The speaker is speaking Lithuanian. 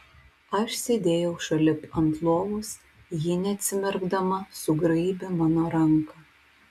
aš sėdėjau šalip ant lovos ji neatsimerkdama sugraibė mano ranką